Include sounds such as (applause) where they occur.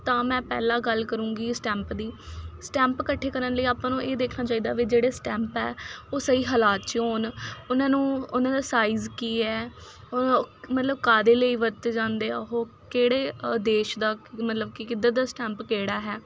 ਤਾਂ ਮੈਂ ਪਹਿਲਾਂ ਗੱਲ ਕਰੂੰਗੀ ਸਟੈਂਪ ਦੀ ਸਟੈਂਪ ਇਕੱਠੀ ਕਰਨ ਲਈ ਆਪਾਂ ਨੂੰ ਇਹ ਦੇਖਣਾ ਚਾਹੀਦਾ ਵੀ ਜਿਹੜੇ ਸਟੈਂਪ ਹੈ ਉਹ ਸਹੀ ਹਾਲਾਤ 'ਚ ਹੋਣ ਉਹਨਾਂ ਨੂੰ ਉਹਨਾਂ ਦਾ ਸਾਈਜ਼ ਕੀ ਹੈ (unintelligible) ਮਤਲਬ ਕਾਹਦੇ ਲਈ ਵਰਤੇ ਜਾਂਦੇ ਆ ਉਹ ਕਿਹੜੇ ਦੇਸ਼ ਦਾ ਮਤਲਬ ਕਿ ਕਿੱਧਰ ਦਾ ਸਟੈਂਪ ਕਿਹੜਾ ਹੈ